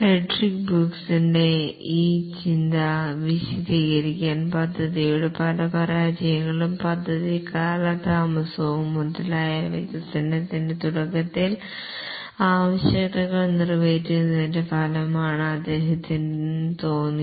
Frederick ബ്രൂക്സിന്റെ ചിന്ത വിശദീകരിക്കാൻ പദ്ധതിയുടെ പല പരാജയങ്ങളും പദ്ധതി കാലതാമസവും മുതലായവ വികസനത്തിന്റെ തുടക്കത്തിൽ ആവശ്യകതകൾ നിറവേറ്റുന്നതിന്റെ ഫലമാണെന്ന് അദ്ദേഹത്തിന് തോന്നി